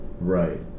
right